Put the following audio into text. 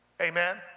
Amen